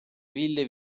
ville